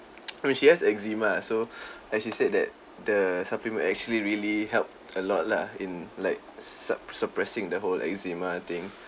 I mean she has eczema so like she said that the supplement actually really helped a lot lah in like sup~ suppressing the whole eczema thing